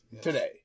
today